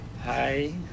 Hi